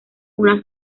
una